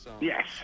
Yes